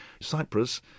Cyprus